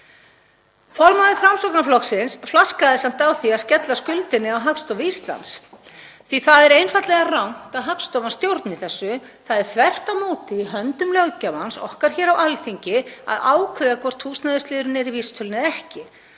Formaður Framsóknarflokksins flaskaði samt á því að skella skuldinni á Hagstofu Íslands því að það er einfaldlega rangt að Hagstofan stjórni þessu. Þvert á móti er það í höndum löggjafans, okkar á Alþingi, að ákveða hvort húsnæðisliðurinn sé í vísitölunni eða